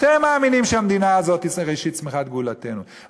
אתם מאמינים שהמדינה הזאת היא ראשית צמיחת גאולתנו,